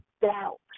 doubt